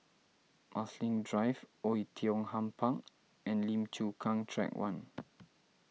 Marsiling Drive Oei Tiong Ham Park and Lim Chu Kang Track one